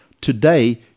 Today